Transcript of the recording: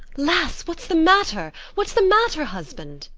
las, what's the matter? what's the matter, husband?